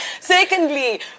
Secondly